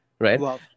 right